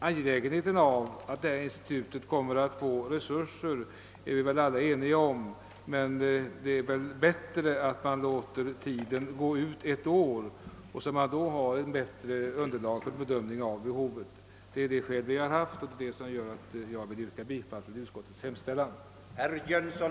Angelägenheten av att handikappinstitutet får resurser är vi väl alla ense om, men det är enligt utskottsmajoritetens mening bättre att vänta med ett ställningstagande därvidlag till dess att verksamheten pågått ett år, så att vi har ett säkrare underlag för bedömningen. Det är av detta skäl som jag yrkar bifall till utskottets hemställan.